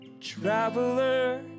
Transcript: traveler